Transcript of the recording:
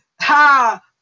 ha